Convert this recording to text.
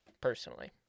personally